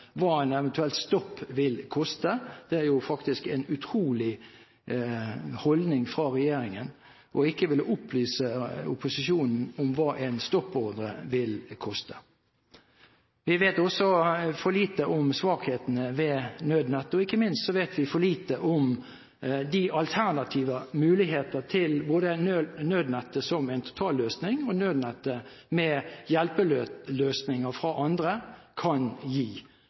hva en eventuell stopp vil koste. Det er en utrolig holdning fra regjeringen ikke å ville opplyse opposisjonen om hva en stoppordre vil koste. Vi vet også for lite om svakhetene ved nødnettet, og ikke minst vet vi for lite om de muligheter alternativer til både nødnettet som en totalløsning og nødnettet med hjelpeløsninger fra andre kan gi